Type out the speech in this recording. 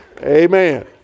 Amen